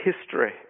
history